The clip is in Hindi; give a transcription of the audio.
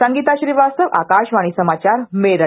संगीता श्रीवास्तव आकाशवाणी समाचार मेरठ